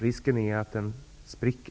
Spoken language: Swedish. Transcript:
Risken är att regeringen spricker.